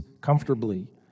comfortably